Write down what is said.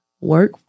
work